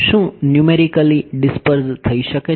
શું numerically disperse થઈ શકે છે